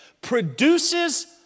produces